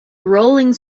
rolling